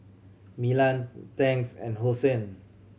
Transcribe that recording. Milan Tangs and Hosen